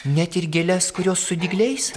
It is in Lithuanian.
net ir gėles kurios su dygliais